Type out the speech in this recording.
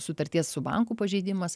sutarties su banku pažeidimas